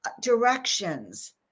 directions